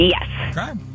Yes